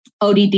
ODD